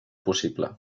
possible